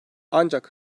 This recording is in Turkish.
ancak